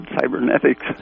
cybernetics